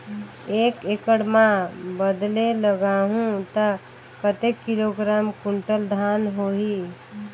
एक एकड़ मां बदले लगाहु ता कतेक किलोग्राम कुंटल धान होही?